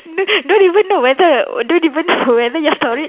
don't don't even know whether don't even know whether your storage